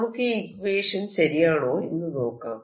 നമുക്ക് ഈ ഇക്വേഷൻ ശരിയാണോ എന്ന് നോക്കാം